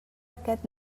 aquest